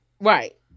Right